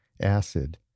acid